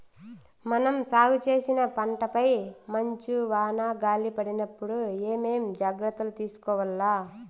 మనం సాగు చేసిన పంటపై మంచు, వాన, గాలి పడినప్పుడు ఏమేం జాగ్రత్తలు తీసుకోవల్ల?